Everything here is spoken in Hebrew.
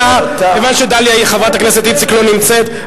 כיוון שחברת הכנסת איציק לא נמצאת,